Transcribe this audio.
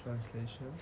translations